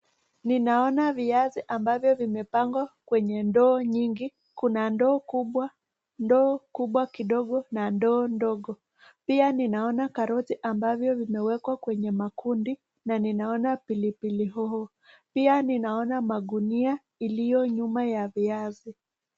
Ninaona viazi ambavyo vimepangwa kwenye ndoo nyingi, kuna ndoo kubwa, ndoo kubwa kidogo na ndoo ndogo. Pia ninaona karoti ambavyo vimewekwa kwenye makundi na ninaona pilipili hoho. Pia ninaona magunia iliyo nyuma ya viazi.